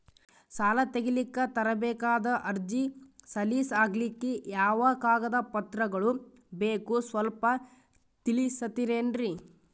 ಸಾಲ ತೆಗಿಲಿಕ್ಕ ತರಬೇಕಾದ ಅರ್ಜಿ ಸಲೀಸ್ ಆಗ್ಲಿಕ್ಕಿ ಯಾವ ಕಾಗದ ಪತ್ರಗಳು ಬೇಕು ಸ್ವಲ್ಪ ತಿಳಿಸತಿರೆನ್ರಿ?